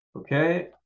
Okay